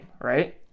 right